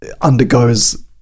undergoes